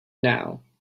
now